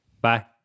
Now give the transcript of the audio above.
Bye